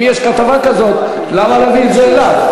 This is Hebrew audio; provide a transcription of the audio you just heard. אם יש כתבה כזאת, למה להביא את זה אליו?